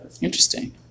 Interesting